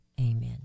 Amen